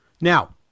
Now